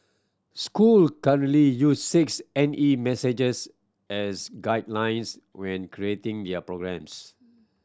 school currently use six N E messages as guidelines when creating their programmes